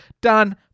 Done